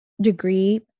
degree